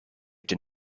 did